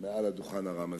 על הדוכן הרם הזה.